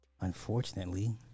unfortunately